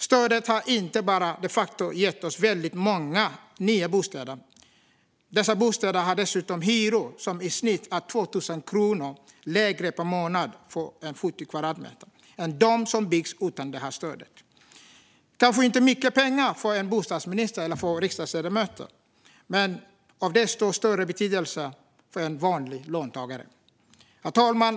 Stödet har inte bara de facto gett oss väldigt många nya bostäder, utan dessa bostäder har dessutom hyror som i snitt är 2 000 kronor lägre per månad för 70 kvadratmeter än de bostäder som har byggts utan stöd. Det kanske inte är mycket pengar för en bostadsminister eller för riksdagsledamöter, men summan är av desto större betydelse för en vanlig löntagare. Herr talman!